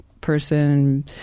person